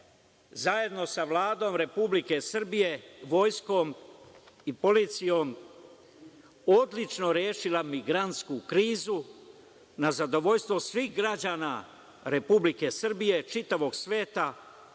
zajedno sa Vladom Republike Srbije, Vojskom i policijom odlično rešila migrantsku krizu na zadovoljstvo svih građana Republike Srbije, čitavog sveta